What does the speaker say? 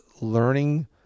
learning